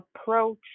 approach